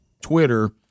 Twitter—